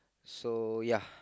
so ya